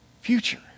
Future